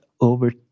over